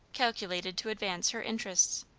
calculated to advance her interests.